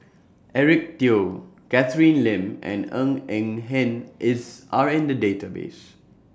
Eric Teo Catherine Lim and Ng Eng Hen IS Are in The Database